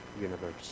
universe